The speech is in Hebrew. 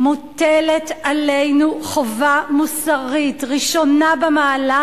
מוטלת עלינו חובה מוסרית ראשונה במעלה